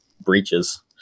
breaches